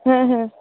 হ্যাঁ হ্যাঁ